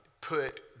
put